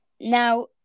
Now